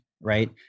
right